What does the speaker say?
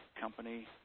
company